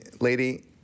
lady